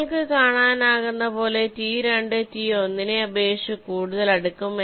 നിങ്ങൾക്ക് കാണാനാകുന്നതുപോലെ T2 T1 നെ അപേക്ഷിച്ച് കൂടുതൽ അടുക്കും